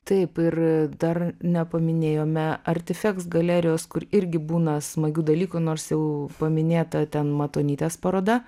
taip ir dar nepaminėjome artifeks galerijos kur irgi būna smagių dalykų nors jau paminėta ten matonytės paroda